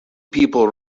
people